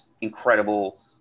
incredible